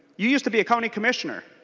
used to be a county commissioner.